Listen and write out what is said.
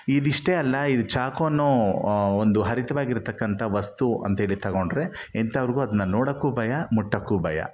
ಇದಿಷ್ಟೇ ಅಲ್ಲ ಇದು ಚಾಕು ಅನ್ನೋ ಒಂದು ಹರಿತವಾಗಿರ್ತಕ್ಕಂಥ ವಸ್ತು ಅಂಥೇಳಿ ತಗೊಂಡರೆ ಎಂತವ್ರಿಗೂ ಭಯ